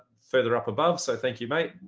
further up above. so thank you, mate,